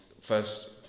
first